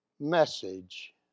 Message